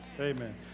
Amen